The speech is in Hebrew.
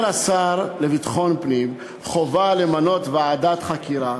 אומר השר לביטחון פנים: חובה למנות ועדת חקירה,